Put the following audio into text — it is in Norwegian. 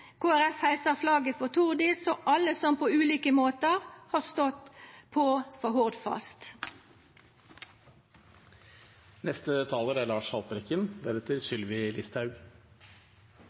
flagget for Tordis og alle som på ulike måtar har stått på for Hordfast.